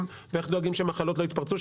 ולדאגה לכך שמחלות לא יתפרצו,